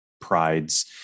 prides